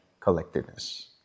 collectiveness